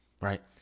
Right